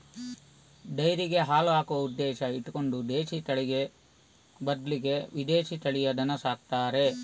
ಡೈರಿಗೆ ಹಾಲು ಹಾಕುವ ಉದ್ದೇಶ ಇಟ್ಕೊಂಡು ದೇಶೀ ತಳಿ ಬದ್ಲಿಗೆ ವಿದೇಶೀ ತಳಿಯ ದನ ಸಾಕ್ತಾರೆ